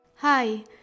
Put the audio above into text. Hi